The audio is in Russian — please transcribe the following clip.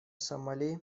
сомали